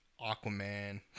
Aquaman